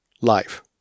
life